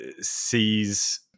sees